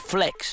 Flex